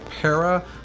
Para